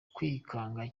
kwikanga